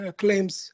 claims